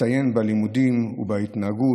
הצטיין בלימודים ובהתנהגות.